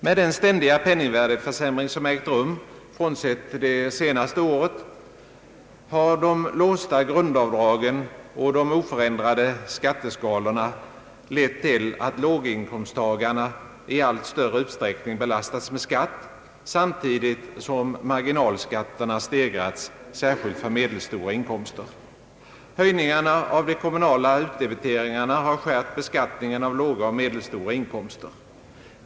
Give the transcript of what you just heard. Med den ständiga penningvärdeförsämring som ägt rum, frånsett det senaste året, har de låsta grundavdragen och de oförändrade skatteskalorna lett till att låginkomsttagarna i allt större utsträckning belastats med skatt samtidigt som marginalskatterna stegrats, särskilt för medelstora inkomster. Höjningarna av de kommunala utdebiteringarna har skärpt beskattningen av låga och medelstora inkomster.